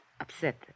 Upset